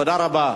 תודה רבה.